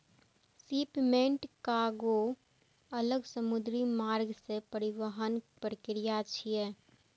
shipment कार्गों अलग समुद्री मार्ग सं परिवहनक प्रक्रिया छियै